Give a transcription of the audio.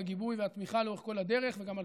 הגיבוי והתמיכה לאורך כל הדרך וגם על